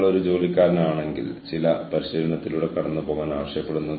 ഒരു ഓർഗനൈസേഷന്റെ മാനുഷികവും സാമൂഹികവുമായ വിഭവ അടിത്തറ വികസിപ്പിക്കുന്നതിനും പുനർനിർമ്മിക്കുന്നതിനും